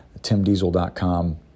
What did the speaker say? timdiesel.com